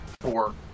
four